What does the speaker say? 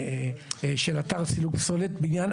פינוי פסולת בניין.